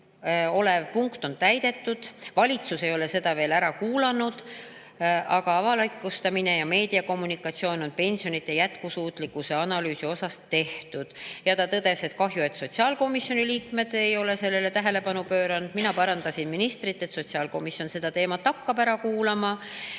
olev punkt 6 on täidetud, valitsus ei ole seda veel ära kuulanud, aga avalikustamine ja meediakommunikatsioon on pensionide jätkusuutlikkuse analüüsi osas tehtud. Ja ta tõdes, et kahju, et sotsiaalkomisjoni liikmed ei ole sellele tähelepanu pööranud. Mina parandasin ministrit, et sotsiaalkomisjon hakkab seda teemat ära kuulama ja